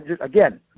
Again